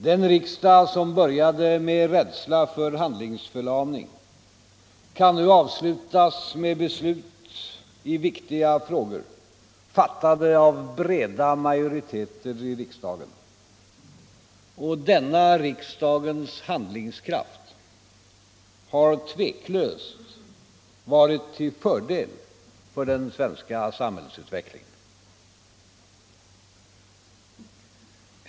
Den riksdag som började med rädsla för handlingsförlamning kan nu avslutas med beslut i viktiga frågor, fattade av breda majoriteter i riksdagen, och denna riksdagens handlingskraft har tveklöst varit till fördel för den svenska samhällsutvecklingen.